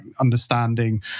understanding